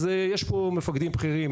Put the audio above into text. אז יש פה מפקדים בכירים,